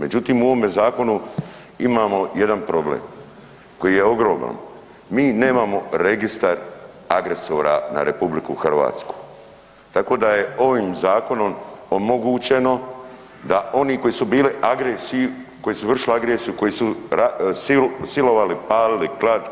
Međutim u ovome zakonu imamo jedan problem koji je ogroman, mi nemamo Registar agresora na RH, tako da je ovim zakonom omogućeno da oni koji su bili u agresiji, koji su vršili agresiju, koji su silovali, palili,